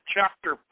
Chapter